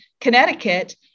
Connecticut